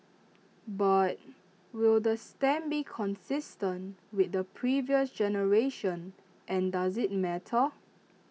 but will the stamp be consistent with the previous generation and does IT matter